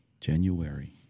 January